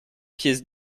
pièces